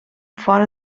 fora